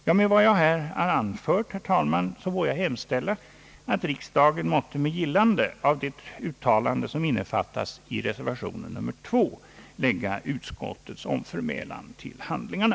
Jag vill, herr talman, med hänsyn till vad jag anfört hemställa att riksdagen måtte, med gillande av det uttalande som innefattas i reservationen nr 2, lägga utskottets anmälan till handlingarna.